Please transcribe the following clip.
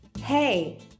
Hey